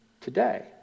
today